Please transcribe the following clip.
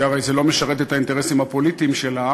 כי הרי זה לא משרת את האינטרסים הפוליטיים שלה.